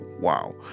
wow